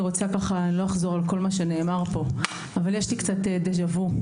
לא אחזור על שנאמר פה אבל יש לי קצת דז'ה וו.